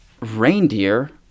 Reindeer